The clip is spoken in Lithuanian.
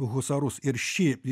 husarus ir ši